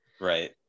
Right